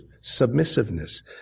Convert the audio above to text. submissiveness